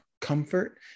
comfort